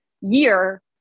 year